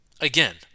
again